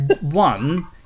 one